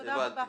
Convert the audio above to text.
תודה רבה.